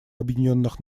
объединенных